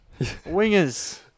Wingers